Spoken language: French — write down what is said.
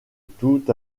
tout